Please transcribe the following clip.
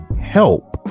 help